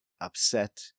upset